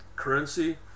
Currency